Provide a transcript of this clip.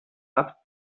app